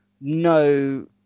no